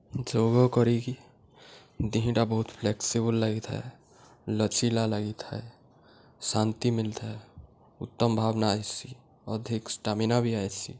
ଯୋଗ କରିକି ଦିହିଁଟା ବହୁତ୍ ଫ୍ଲେକ୍ସିିବୁଲ୍ ଲାଗିଥାଏ ଲଚିଲା ଲାଗିଥାଏ ଶାନ୍ତି ମିଳିଥାଏ ଉତ୍ତମ ଭାବ୍ନା ଆଏସି ଅଧିକ ଷ୍ଟାମିନା ବି ଆଏସି